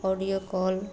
audio call